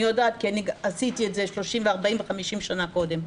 אני יודעת, כי עשיתי את זה 30, 40 ו-50 שנה קודם.